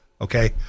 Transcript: Okay